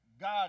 God